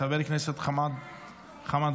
חבר הכנסת חמד עמאר,